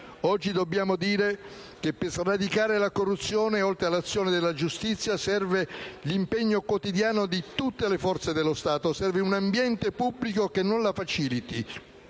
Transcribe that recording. Oggi dobbiamo dire che per sradicare la corruzione, oltre all'azione della giustizia, serve l'impegno quotidiano di tutte le forze dello Stato; serve un ambiente pubblico che non la faciliti